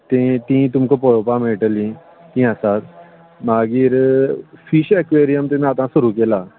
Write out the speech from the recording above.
तें तीं तीं तुमकां पळोवपा मेळटलीं तीं आसात मागीर फीश एक्वेरीयम बीन आतां सुरू केला